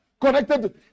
Connected